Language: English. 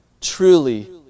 truly